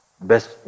best